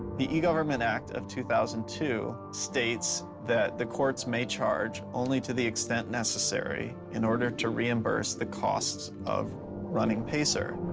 the e-government act of two thousand and two states that the court may charge only to the extent necessary in order to reimburse the cost of running pacer.